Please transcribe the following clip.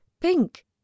pink